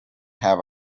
have